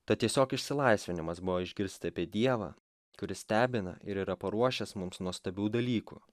tad tiesiog išsilaisvinimas buvo išgirsti apie dievą kuris stebina ir yra paruošęs mums nuostabių dalykų